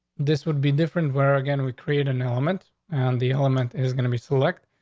this would be different. where again we create an element and the element is going to be select.